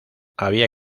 había